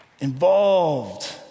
involved